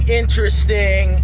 interesting